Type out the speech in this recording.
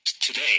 today